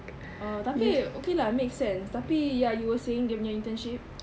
uh tapi okay lah makes sense tapi ya you were saying dia punya internship